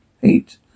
Heat